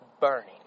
burning